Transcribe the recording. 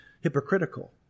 hypocritical